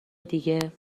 دیگه